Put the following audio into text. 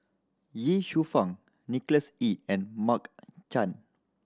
Ye Shufang Nicholas Ee and Mark Chan